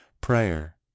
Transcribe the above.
Prayer